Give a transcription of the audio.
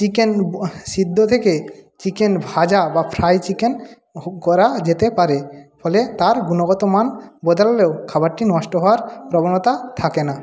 chicken সিদ্ধ থেকে chicken ভাজা বা ফ্রাই চিকেন করা যেতে পারে ফলে তার গুণগতমান বদলালেও খাবারটি নষ্ট হওয়ার প্রবণতা থাকে না